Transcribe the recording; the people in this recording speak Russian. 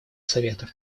совета